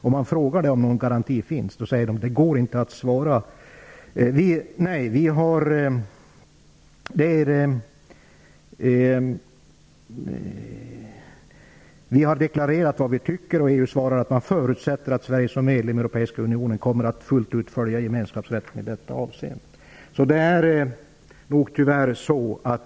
Om man frågar om det finns några garantier blir svaret att Sverige har deklarerat vad vi anser och att EU har svarat att de förutsätter att Sverige som medlem i den europeiska unionen fullt kommer att följa gemenskapsrätten i det avseendet.